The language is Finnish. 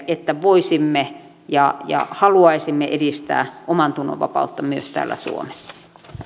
että voisimme ja ja haluaisimme edistää omantunnonvapautta myös täällä suomessa